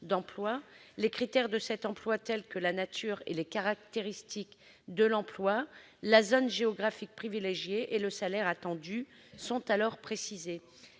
d'emploi. Les critères de cet emploi, tels que la nature et les caractéristiques de celui-ci, la zone géographique privilégiée et le salaire attendu sont alors précisés.